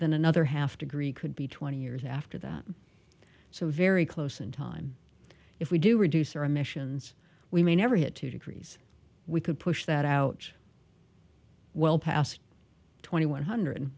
than another half degree could be twenty years after that so very close in time if we do reduce our emissions we may never hit two degrees we could push that out well past twenty one hundred